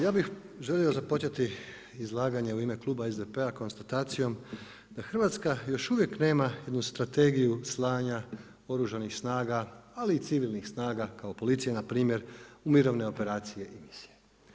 Ja bih želio započeti izlaganje u ime kluba SDP-a konstatacijom da Hrvatska još uvijek nema jednu strategiju slanja oružanih snaga ali i civilnih snaga kao policija npr. u mirovine operacije i misije.